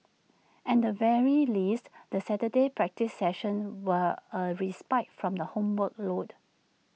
and the very least the Saturday practice sessions were A respite from the homework load